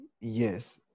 yes